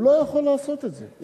הוא לא יכול לעשות את זה.